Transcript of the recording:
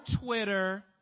Twitter